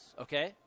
Okay